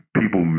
people